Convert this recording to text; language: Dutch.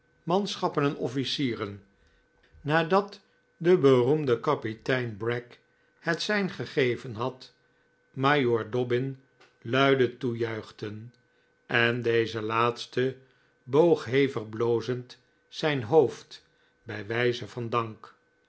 manschappen en officieren nadat de p p beroemde kapitein bragg het sein gegeven had majoor dobbin luide toejuichten en r m im o m o deze laatste boog hevig blozend zijn hoofd bij wijze van dank